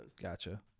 Gotcha